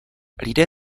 lidé